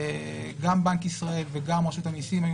גם בנק ישראל וגם רשות המיסים היו